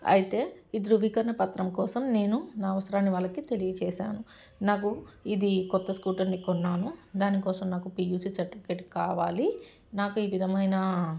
అయితే ఈ దృవీకరణ పత్రం కోసం నేను నా అవసరాన్ని వాళ్ళకి తెలియజశాను నాకు ఇది కొత్త స్కూటర్ని కొన్నాను దానికోసం నాకు పీయూసి సర్టిఫికేట్ కావాలి నాకు ఈ విధమైన